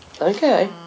Okay